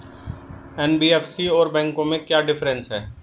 NBFC और बैंकों में क्या डिफरेंस है?